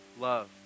love